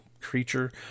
creature